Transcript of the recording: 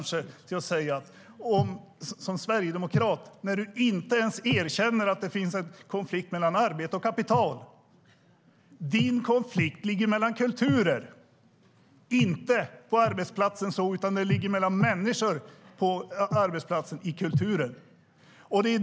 Som sverigedemokrat erkänner du inte ens att det finns en konflikt mellan arbete och kapital. Din konflikt ligger mellan kulturer, Sven-Olof Sällström, inte på arbetsplatsen som sådan. Den ligger mellan människorna på arbetsplatsen, i kulturerna.